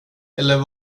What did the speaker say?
eller